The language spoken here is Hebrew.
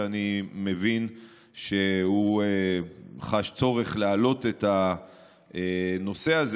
שאני מבין שהוא חש צורך להעלות את הנושא הזה.